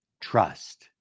Trust